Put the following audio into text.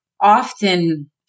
often